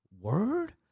Word